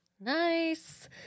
Nice